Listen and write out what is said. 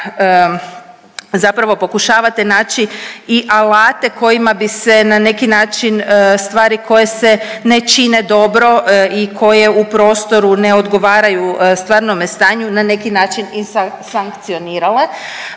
zapravo pokušavate naći i alate kojima bi se na neki način stvari koje se ne čine dobro i koje u prostoru ne odgovaraju stvarnome stanju na neki način i sankcionirale.